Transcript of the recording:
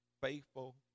faithful